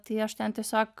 tai aš ten tiesiog